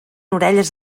orelles